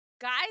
Guys